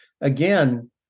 again